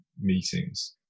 meetings